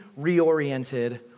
reoriented